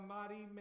mighty